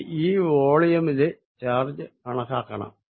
എനിക്ക് ഈ വോളിയമിലെ ചാർജ് കണക്കാക്കണം